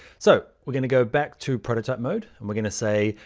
so we're going to go back to prototype mode. and we're going to say.